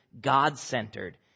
God-centered